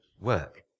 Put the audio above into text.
work